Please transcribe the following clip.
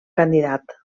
candidat